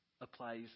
applies